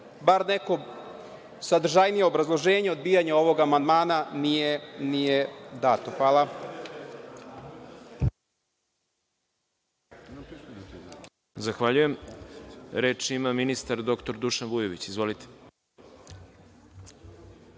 bar neko sadržajnije obrazloženje odbijanja ovog amandmana nije dato. Hvala.